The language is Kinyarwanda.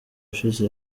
ushize